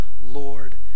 Lord